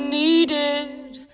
needed